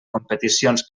competicions